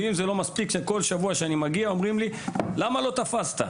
אם זה לא מספיק, כל שבוע אומרים לי, למה לא תפסת?